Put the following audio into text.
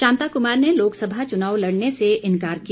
शांता कुमार ने लोकसभा चुनाव लड़ने से इन्कार किया